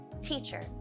teacher